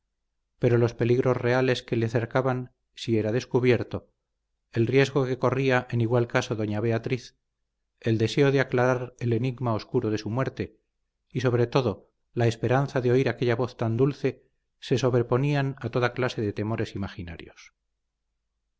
pero los peligros reales que le cercaban si era descubierto el riesgo que corría en igual caso doña beatriz el deseo de aclarar el enigma oscuro de su suerte y sobre todo la esperanza de oír aquella voz tan dulce se sobreponían a toda clase de temores imaginarios